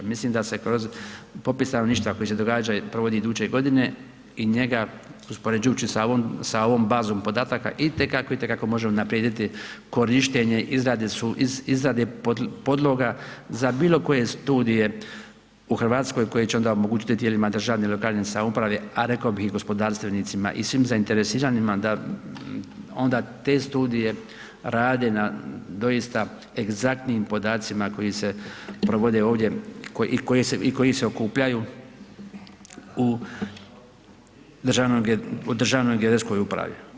Mislim da se kroz popis stanovništva koji se događa i provodi iduće godine, i njega uspoređujući sa ovom bazom podataka, itekako, itekako može unaprijediti korištenje izrade podloga za bilokoje studije u Hrvatskoj koje će onda omogućiti tijelima državne i lokalne samouprave a rekao bi i gospodarstvenicima i svim zainteresiranima, da onda te studije rade na doista egzaktnim podacima koji se provode ovdje i koji se okupljaju u Državnoj geodetskoj upravi.